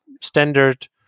standard